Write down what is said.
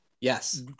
Yes